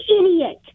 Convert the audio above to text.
idiot